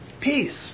peace